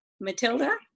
Matilda